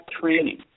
training